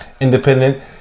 independent